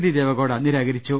D Devegowda നിരാകരിച്ചു